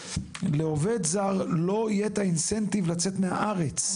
לעובד זר לא יהיה את האינסנטיב לצאת מהארץ.